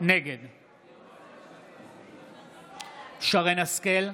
נגד שרן מרים השכל,